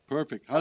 Perfect